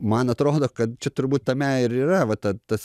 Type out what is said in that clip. man atrodo kad čia turbūt tame ir yra va ta tas